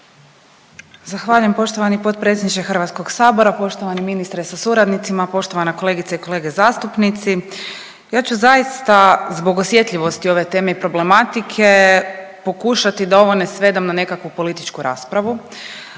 Zahvaljujem poštovani potpredsjedniče Hrvatskog sabora, poštovani ministre sa suradnicima, poštovana kolegice i kolege zastupnici. Ja ću zaista zbog osjetljivosti ove teme i problematike pokušati da ovo ne svedem na nekakvu političku raspravu